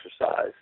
exercise